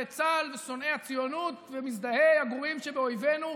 צה"ל ושונאי הציונות והמזדהים עם הגרועים שבאויבינו,